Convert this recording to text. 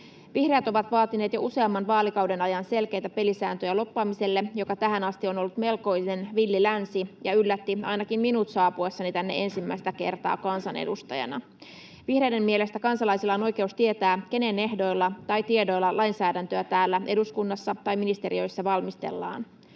Vihreät ovat vaatineet jo useamman vaalikauden ajan selkeitä pelisääntöjä lobbaamiselle, joka tähän asti on ollut melkoinen villi länsi ja yllätti ainakin minut saapuessani tänne ensimmäistä kertaa kansanedustajana. Vihreiden mielestä kansalaisilla on oikeus tietää, kenen ehdoilla tai tiedoilla lainsäädäntöä täällä eduskunnassa tai ministeriöissä valmistellaan.